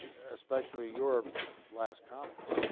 especially your last comments